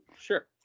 Sure